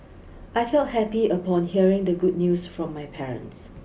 I felt happy upon hearing the good news from my parents